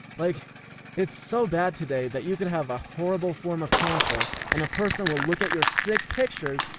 like it's so bad today that you could have a horrible form of cancer, and a person will look at your sick pictures,